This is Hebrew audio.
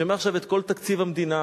שמעכשיו את כל תקציב המדינה,